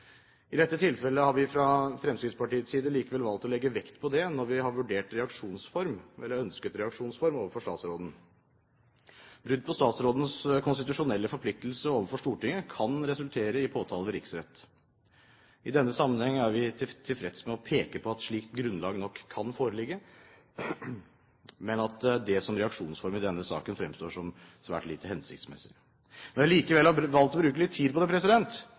I dette tilfellet har vi fra Fremskrittspartiets side likevel valgt å legge vekt på det når vi har vurdert ønsket reaksjonsform overfor statsråden. Brudd på statsrådens konstitusjonelle forpliktelse overfor Stortinget kan resultere i påtale ved riksrett. I denne sammenheng er vi tilfreds med å peke på at slikt grunnlag nok kan foreligge, men at dét som reaksjonsform i denne saken fremstår som svært lite hensiktsmessig. Når jeg likevel har valgt å bruke litt tid på dette, er det